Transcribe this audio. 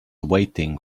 waiting